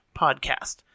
podcast